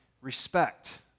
respect